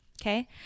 okay